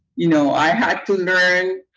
you know, i had to learn